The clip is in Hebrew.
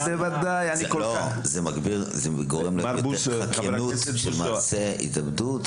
זה מגביר את מעשי החקיינות של מעשי ההתאבדות.